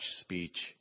speech